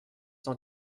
cent